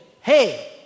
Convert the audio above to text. Hey